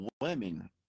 women